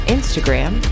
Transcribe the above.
Instagram